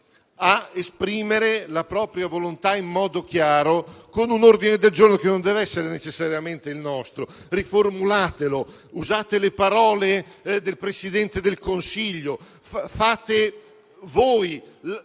ad esprimere la propria volontà in modo chiaro con un ordine del giorno che non deve essere necessariamente il nostro: riformulatelo, usate le parole del Presidente del Consiglio, trovate voi